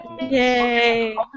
Yay